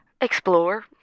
Explore